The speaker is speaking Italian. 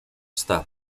sta